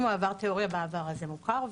אם עבר תיאוריה בעבר מוכר,